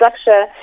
structure